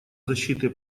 защиты